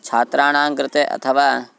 छात्राणां कृते अथवा